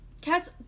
Cats